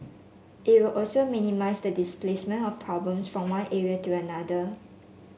it will also minimise the displacement of problems from one area to another